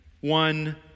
one